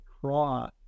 craw